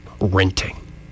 renting